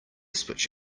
switch